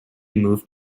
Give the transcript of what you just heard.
moved